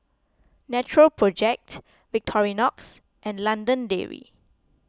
Natural Project Victorinox and London Dairy